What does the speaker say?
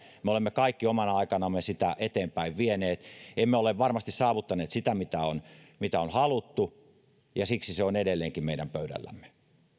huolissamme me olemme kaikki omana aikanamme sitä eteenpäin vieneet emme ole varmasti saavuttaneet sitä mitä on mitä on haluttu ja siksi se on edelleenkin meidän pöydällämme